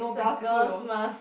is the girl's mask